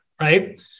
right